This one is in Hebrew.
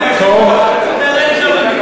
בפיקוח.